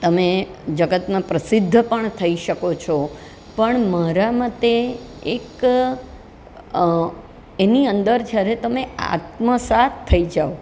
તમે જગતમાં પ્રસિદ્ધ પણ થઈ શકો છો પણ મારા મતે એક એની અંદર જ્યારે તમે આત્મસાત થઈ જાઓ